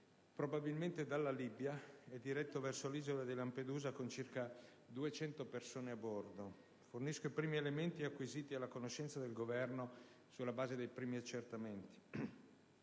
probabilmente dalla Libia e diretto verso l'isola di Lampedusa, con circa 200 persone a bordo. Fornisco i primi elementi acquisiti alla conoscenza del Governo, sulla base dei primi accertamenti.